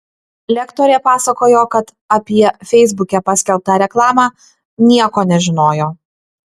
lektorė pasakojo kad apie feisbuke paskelbtą reklamą nieko nežinojo